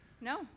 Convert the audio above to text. No